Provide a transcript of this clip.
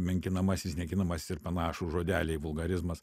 menkinamasis niekinamasis ir panašūs žodeliai vulgarizmas